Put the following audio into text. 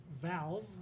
Valve